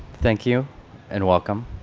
thank you and welcome.